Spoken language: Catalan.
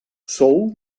sou